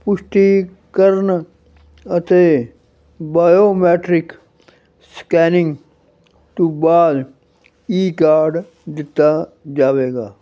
ਪੁਸ਼ਟੀ ਕਰਨ ਅਤੇ ਬਾਇਓਮੈਟ੍ਰਿਕ ਸਕੈਨਿੰਗ ਤੋਂ ਬਾਅਦ ਈਕਾਡ ਦਿੱਤਾ ਜਾਵੇਗਾ